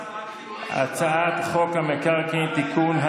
הצעת חוק המקרקעין (תיקון,